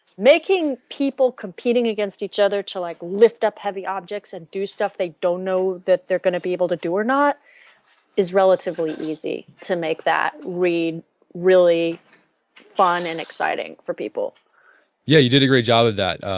making people competing against each other to like lift up heavy objects and do stuff they don't know that they're going to be able to do or not is relatively easy to make that read really fun and exciting for people yeah, you did a great job with that.